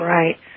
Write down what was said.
right